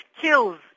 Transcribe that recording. kills